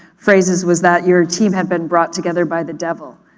phrases was that your team had been brought together by the devil.